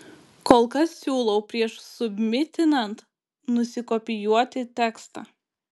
kol kas siūlau prieš submitinant nusikopijuoti tekstą